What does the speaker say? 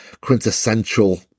quintessential